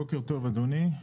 בוקר טוב, אדוני.